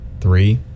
three